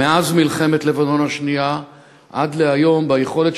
מאז מלחמת לבנון השנייה ועד היום ביכולת